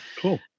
Cool